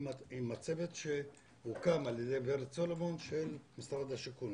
עם הצוות שהוקם על ידי ורד סולומון של משרד השיכון,